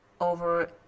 over